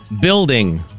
Building